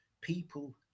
people